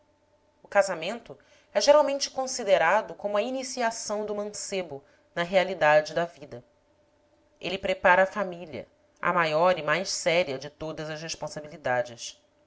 o casamento é geralmente considerado como a iniciação do mancebo na realidade da vida ele prepara a família a maior e mais séria de todas as responsabilidades